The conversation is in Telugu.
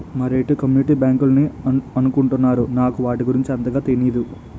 మరేటో కమ్యూనిటీ బ్యాంకులని అనుకుంటున్నారు నాకు వాటి గురించి అంతగా తెనీదు